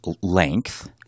length